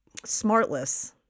Smartless